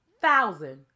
thousand